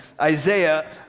Isaiah